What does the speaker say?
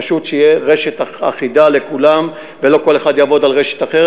פשוט שתהיה רשת אחידה לכולם ולא שכל אחד יעבוד על רשת אחרת.